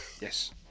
Yes